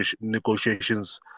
negotiations